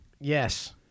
Yes